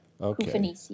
Okay